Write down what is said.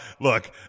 look